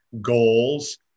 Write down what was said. goals